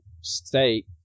state